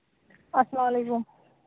اَسلام علیکُم